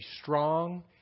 strong